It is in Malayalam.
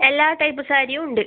എല്ലാ ടൈപ്പ് സാരിയും ഉണ്ട്